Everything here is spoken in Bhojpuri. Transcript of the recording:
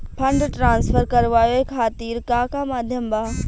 फंड ट्रांसफर करवाये खातीर का का माध्यम बा?